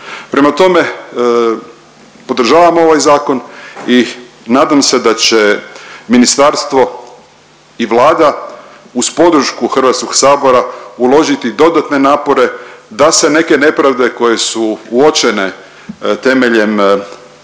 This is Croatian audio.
Prema tome podržavamo ovaj zakon i nadam se da će ministarstvo i Vlada uz podršku Hrvatskog sabora uložiti dodatne napore da se neke nepravde koje su uočene temeljem